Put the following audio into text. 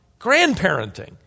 grandparenting